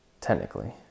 technically